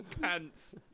pants